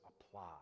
apply